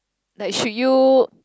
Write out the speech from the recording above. like should you